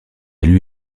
lui